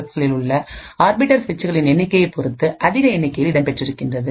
எஃப்களில் உள்ள ஆர்பிட்டர் சுவிட்சுகளின் எண்ணிக்கையை பொருத்து அதிக எண்ணிக்கையில் இடம்பெற்றிருக்கின்றது